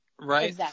Right